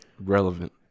relevant